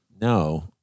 No